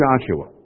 Joshua